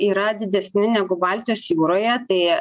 yra didesni negu baltijos jūroje tai